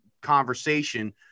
conversation